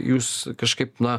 jūs kažkaip na